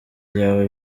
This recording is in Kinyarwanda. byaba